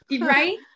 Right